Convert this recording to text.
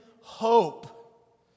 hope